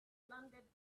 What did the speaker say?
landed